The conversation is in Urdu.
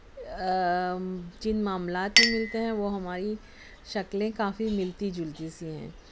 جن معاملات میں ملتے ہیں وہ ہماری شکلیں کافی ملتی جلتی سی ہیں